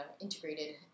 integrated